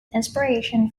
inspiration